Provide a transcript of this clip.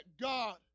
God